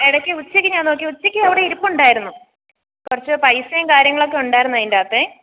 ഇടക്ക് ഉച്ചയ്ക്ക് ഞാൻ നോക്കി ഉച്ചയ്ക്ക് അവിടെ ഇരുപ്പുണ്ടായിരുന്നു കുറച്ച് പൈസേം കാര്യങ്ങളൊക്കെ ഉണ്ടായിരുന്നു അതിന്റകത്തെ